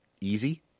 easy